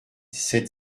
sept